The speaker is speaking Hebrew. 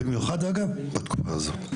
במיוחד אגב בתקופה הזאת,